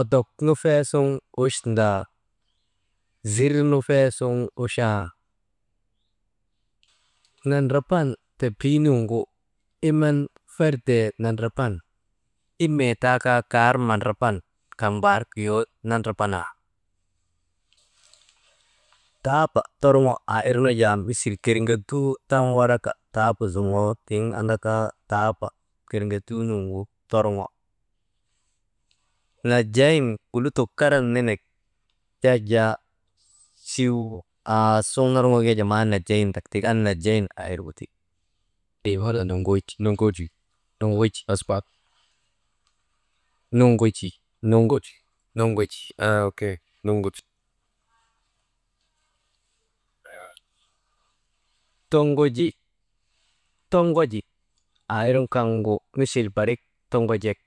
odok nu fee suŋ wuchndaa, zir nu fee suŋ uchaa, nandraban tapii nuŋgu iman ferdee nandraban, imee taa kaa kar mandraban kaŋ mbaar kiyon nandrbanaa, taaba torŋo irnu jaa misil gerŋetuu taŋ waraka daaba zoŋoo tiŋ anndaka daaba gerŋetuu nuŋu torŋo, najayin gu lutok karan nenek, yak jaa siw aa suŋ norŋok yak maa najayindak tik an najayin aa irgu ti, «hesitation» toŋgoji toŋoji aa irnu kaŋgu misil barik toŋgojek.